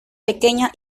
pequeña